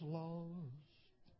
lost